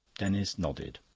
denis nodded.